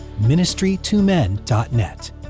ministrytomen.net